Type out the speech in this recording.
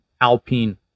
Alpine